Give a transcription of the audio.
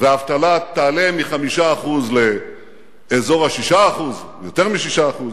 והאבטלה תעלה מ-5% לאזור ה-6%, יותר מ-6%,